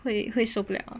会会受不了